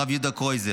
הרב יהודה קרויזר.